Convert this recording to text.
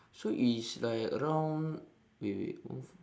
so it's like around wait wait one for~